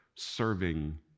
serving